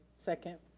second.